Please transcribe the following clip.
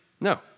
No